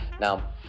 now